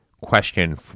question